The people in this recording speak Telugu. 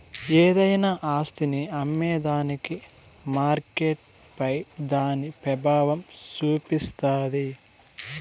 ఏదైనా ఆస్తిని అమ్మేదానికి మార్కెట్పై దాని పెబావం సూపిస్తాది